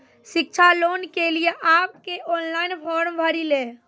शिक्षा लोन के लिए आप के ऑनलाइन फॉर्म भरी ले?